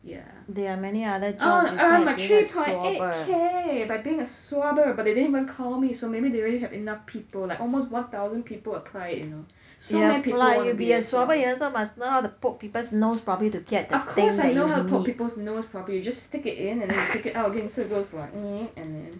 yeah I want to earn my three point eight K by being a swabber but they didn't even call me so maybe they already have enough people like almost one thousand apply it you know so many people want to be a swabber of course I know how to poke people's nose properly you just stick it in and then you take it out again so it goes like eek and then